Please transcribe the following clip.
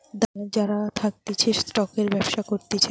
দালাল যারা থাকতিছে স্টকের ব্যবসা করতিছে